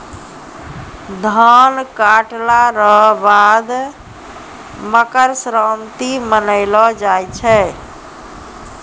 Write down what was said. धान काटला रो बाद मकरसंक्रान्ती मानैलो जाय छै